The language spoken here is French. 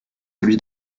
celui